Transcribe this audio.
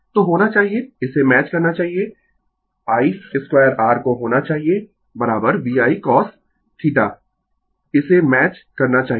तो होना चाहिए इसे मैच करना चाहिए I स्क्वायर r को होना चाहिए V I cos theta इसे मैच करना चाहिए